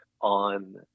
on